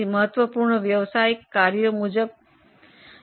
મહત્વપૂર્ણ વ્યવસાયિક ફંક્શન મુજબ ખર્ચનું વર્ગીકરણ પણ કરવામાં આવે છે